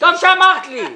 טוב שאמרת לי.